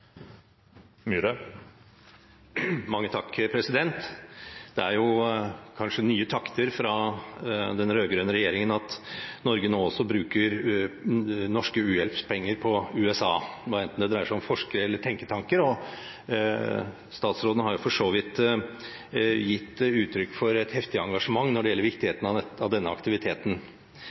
jo kanskje nye takter fra den rød-grønne regjeringen at Norge nå også bruker norske u-hjelpspenger på USA, enten det dreier seg om forskning og tenketanker, og statsråden har jo for så vidt gitt uttrykk for et heftig engasjement når det gjelder viktigheten av denne aktiviteten. Den er i hvert fall egnet til at man får den samlede bruken av